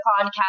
podcast